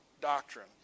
doctrine